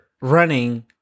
running